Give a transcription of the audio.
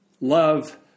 Love